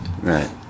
Right